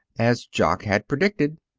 as jock had predicted.